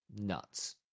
nuts